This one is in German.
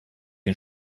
den